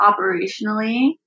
operationally